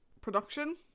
production